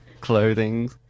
clothing